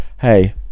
Hey